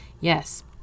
Yes